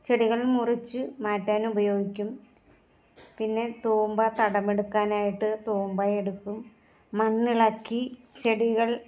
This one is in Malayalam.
ചെടികൾ മുറിച്ച് മാറ്റാൻ ഉപയോഗിക്കും പിന്നെ തൂമ്പ തടമെടുക്കാനായിട്ട് തൂമ്പയെടുക്കും മണ്ണ് ഇളക്കി ചെടികൾ